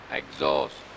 exhaust